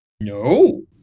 No